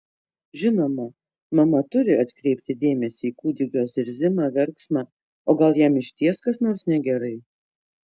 žinoma mama turi atkreipti dėmesį į kūdikio zirzimą verksmą o gal jam išties kas nors negerai